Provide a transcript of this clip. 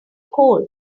cold